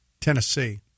Tennessee